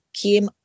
came